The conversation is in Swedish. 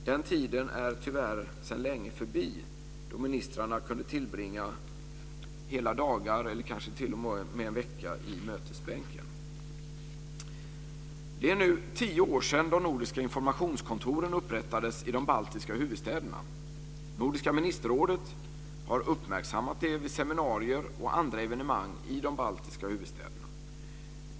Den tiden är tyvärr sedan länge förbi då ministrarna kunde tillbringa hela dagar, eller t.o.m. en vecka, i mötesbänken. Det är nu tio år sedan de nordiska informationskontoren upprättades i de baltiska huvudstäderna. Nordiska ministerrådet har uppmärksammat det vid seminarier och andra evenemang i de baltiska huvudstäderna.